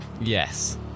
Yes